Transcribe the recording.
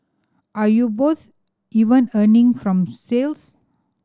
are you both even earning from sales